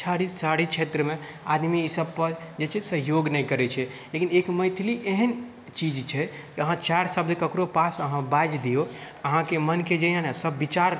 शहरी क्षेत्रमे आदमी ई सभ पर जे छै सहयोग नहि करैत छै लेकिन एक मैथिली एहन चीज छै कि अहाँ चारि शब्द अहाँ ककरो पास अहाँ बाजि दिऔ अहाँकेँ मनके जे हइ ने सभ विचार